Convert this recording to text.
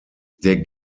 der